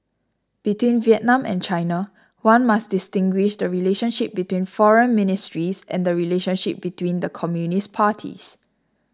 between Vietnam and China one must distinguish the relationship between foreign ministries and the relationship between the communist parties